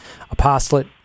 Apostolate